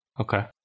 Okay